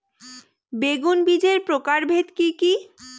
বেগুন বীজের প্রকারভেদ কি কী?